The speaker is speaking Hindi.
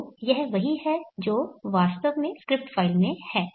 तो यह वही है जो वास्तव में स्क्रिप्ट फ़ाइल में है